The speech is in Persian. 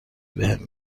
بهم